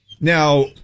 Now